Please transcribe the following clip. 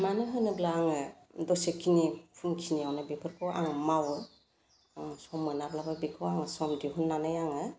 मानो होनोब्ला आङो दसेखिनि फुंखिनिआवनो बेफोरखौ आं मावो आं सम मोनाब्लाबो बेखौ आङो सम दिहुननानै आङो